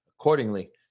Accordingly